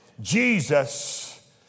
Jesus